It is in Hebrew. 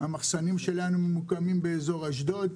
המחסנים שלנו ממוקמים באיזור אשדוד,